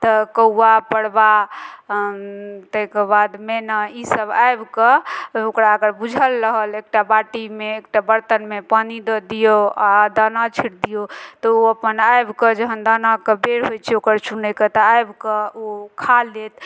तऽ कौआ पड़बा ताहिके बाद मेना ई सब आबि कऽ ओकरा अगर बुझल रहल एकटा बाटीमे एकटा बर्तनमे पानि दऽ दियौ आ दाना छीट दियौ तऽ ओ अपन आबि कऽ जहन दानाके बेर होइ छै ओकर चुनै के तऽ आबि कऽ ओ खा लेत